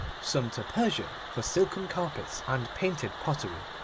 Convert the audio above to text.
some to persia for silken carpets and painted pottery,